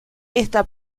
esta